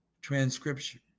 transcription